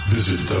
Visit